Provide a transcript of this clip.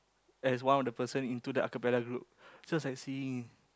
as one of the person into the acapella group so sexy